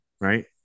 right